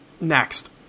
Next